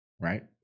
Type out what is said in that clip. right